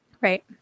Right